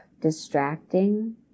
distracting